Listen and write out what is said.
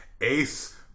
Ace